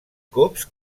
cops